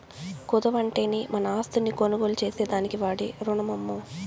కుదవంటేనే మన ఆస్తుల్ని కొనుగోలు చేసేదానికి వాడే రునమమ్మో